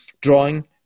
drawing